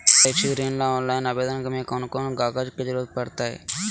शैक्षिक ऋण ला ऑनलाइन आवेदन में कौन कौन कागज के ज़रूरत पड़तई?